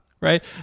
right